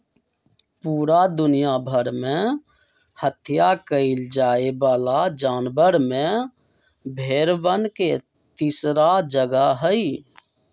पूरा दुनिया भर में हत्या कइल जाये वाला जानवर में भेंड़वन के तीसरा जगह हई